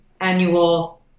annual